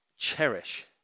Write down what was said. cherish